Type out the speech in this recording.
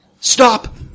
stop